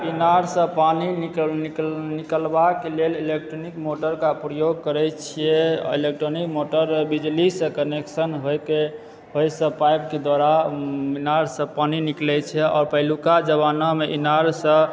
इनारसंँ पानी निकलए निकलबाक लेल इलेक्ट्रॉनिक मोटरके प्रयोग करए छिऐ आ इलेक्ट्रॉनिक मोटर बिजलीसंँ कनेक्शन होएके होइसंँ पाइपके द्वारा इनारसँ पानी निकलए छै आओर पहिलुका जमानामे इनारसँ